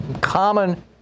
common